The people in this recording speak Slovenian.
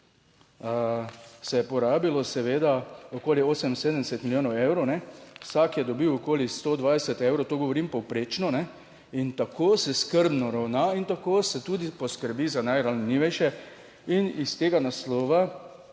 se je porabilo okoli 78 milijonov evrov. Vsak je dobil okoli 120 evrov, to govorim povprečno. In tako se skrbno ravna in tako se tudi poskrbi za najranljivejše. In iz tega naslova